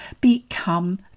become